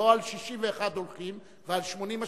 לא על 61 הולכים ועל 80 משאירים.